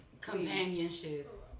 Companionship